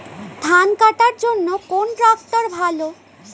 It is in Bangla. ধান কাটার জন্য কোন ট্রাক্টর ভালো?